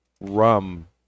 rum